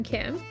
Kim